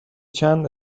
چند